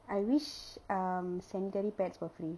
I wish um sanitary pads were free